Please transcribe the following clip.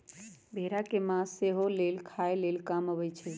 भेड़ा के मास सेहो लेल खाय लेल काम अबइ छै